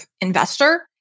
investor